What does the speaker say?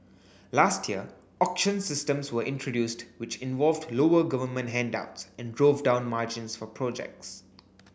last year auction systems were introduced which involved lower government handouts and drove down margins for projects